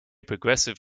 progressive